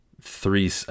three